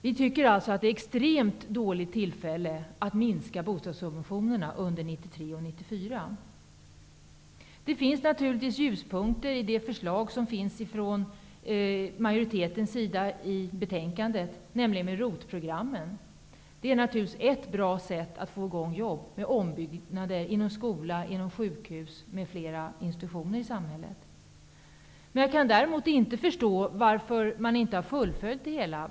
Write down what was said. Vi tycker alltså att det är ett extremt dåligt tillfälle att minska bostadssubventionerna under 1993 och Det finns naturligtvis ljuspunkter i utskottets framlagda förslag, nämligen ROT-programmen. institutioner i samhället är ett bra sätt att få i gång jobb. Jag kan däremot inte förstå att man inte har fullföljt det hela.